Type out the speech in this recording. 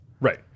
Right